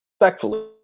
respectfully